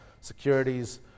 securities